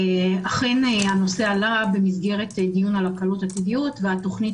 אכן הנושא עלה במסגרת הדיון על הקלות עתידיות והתוכנית